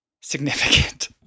significant